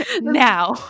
now